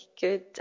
good